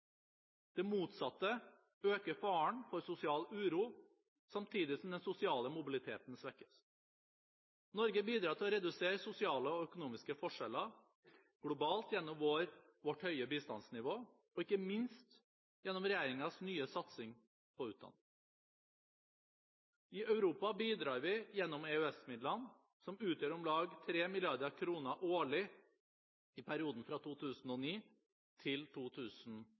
Det motsatte øker faren for sosial uro, samtidig som den sosiale mobiliteten svekkes. Norge bidrar til å redusere sosiale og økonomiske forskjeller globalt gjennom vårt høye bistandsnivå og ikke minst gjennom regjeringens nye satsing på utdanning. I Europa bidrar vi gjennom EØS-midlene, som utgjør om lag 3 mrd. kr årlig i perioden fra 2009 til